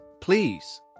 please